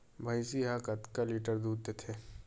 भंइसी हा कतका लीटर दूध देथे?